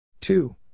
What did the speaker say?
Two